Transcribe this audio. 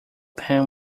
pan